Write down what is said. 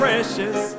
Precious